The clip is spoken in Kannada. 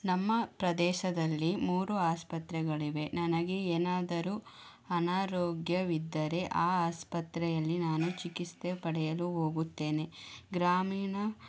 ನಮ್ಮ ಪ್ರದೇಶದಲ್ಲಿ ಮೂರು ಆಸ್ಪತ್ರೆಗಳಿವೆ ನನಗೆ ಏನಾದರೂ ಅನಾರೋಗ್ಯವಿದ್ದರೆ ಆ ಆಸ್ಪತ್ರೆಯಲ್ಲಿ ನಾನು ಚಿಕಿತ್ಸೆ ಪಡೆಯಲು ಹೋಗುತ್ತೇನೆ ಗ್ರಾಮೀಣ